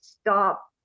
stop